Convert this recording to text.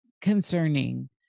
concerning